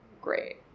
great